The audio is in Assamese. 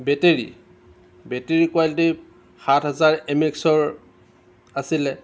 বেটেৰী বেটেৰী কোৱালিটী সাত হাজাৰ এম এক্সৰ আছিলে